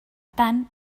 tant